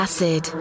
Acid